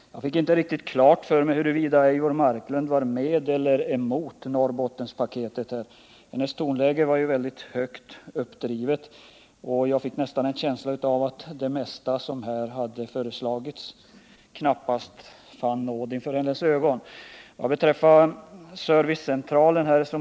Jag fick inte riktigt klart för mig huruvida Eivor Marklund var med eller mot Norrbottenspaketet — hennes tonläge var högt uppdrivet, och jag fick närmast en känsla av att det mesta av det som har föreslagits inte fann nåd inför hennes ögon.